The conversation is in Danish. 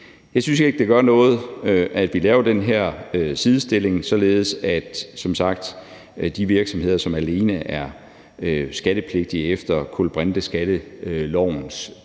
Jeg synes ikke, det gør noget, at vi laver den her sidestilling, således at de virksomheder, som alene er skattepligtige efter kulbrinteskattelovens